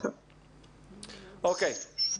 אוקיי.